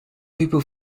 people